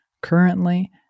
Currently